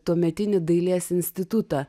tuometinį dailės institutą